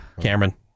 Cameron